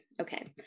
Okay